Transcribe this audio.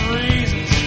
reasons